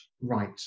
right